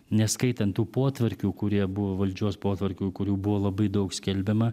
neskaitant tų potvarkių kurie buvo valdžios potvarkių kurių buvo labai daug skelbiama